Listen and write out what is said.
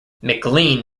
mclean